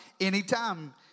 anytime